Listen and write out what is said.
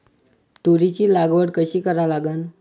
तुरीची लागवड कशी करा लागन?